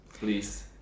please